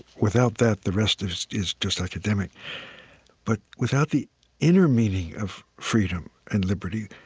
without that, the rest is is just academic but without the inner meaning of freedom and liberty,